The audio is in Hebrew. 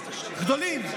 גדולים.